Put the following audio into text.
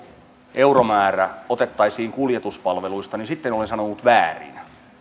euromäärä otettaisiin kuljetuspalveluista niin sitten olen sanonut väärin